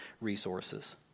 resources